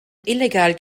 illegal